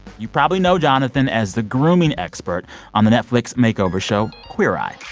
you probably know jonathan as the grooming expert on the netflix makeover show queer eye.